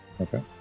Okay